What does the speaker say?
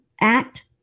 Act